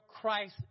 Christ